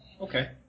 Okay